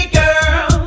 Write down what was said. girl